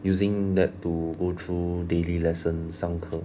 using that to go through daily lesson 上课